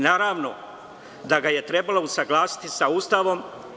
Naravno da ga je trebalo usaglasiti sa Ustavom.